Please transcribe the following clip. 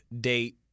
date